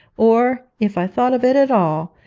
or if i thought of it at all,